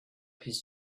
his